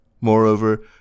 Moreover